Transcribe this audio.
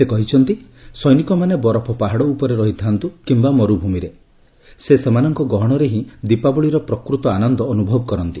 ସେ କହିଛନ୍ତି ଯେ ସୈନିକମାନେ ବରଫ ପାହାଡ ଉପରେ ରହିଥାନ୍ତ କିୟା ମର୍ଭ୍ତମିରେ ରହିଥାନ୍ତ୍ର ସେ ସେମାନଙ୍କ ଗହଣରେ ହିଁ ଦୀପାବଳୀର ପ୍ରକୃତ ଆନନ୍ଦ ଅନୁଭବ କରନ୍ତି